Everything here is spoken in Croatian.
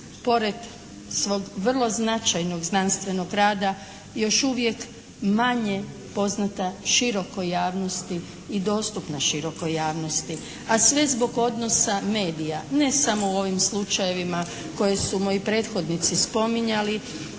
pored svog vrlo značajnog znanstvenog rada još uvijek manje poznata širokoj javnosti i dostupna širokoj javnosti, a sve zbog odnosa medija ne samo u ovim slučajevima koje su moji prethodnici spominjali.